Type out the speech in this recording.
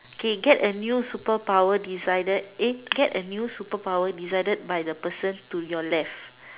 okay get a new superpower decided eh get a new superpower decided by the person to your left